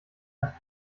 hat